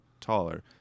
taller